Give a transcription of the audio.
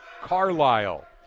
Carlisle